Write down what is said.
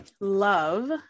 love